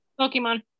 Pokemon